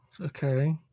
Okay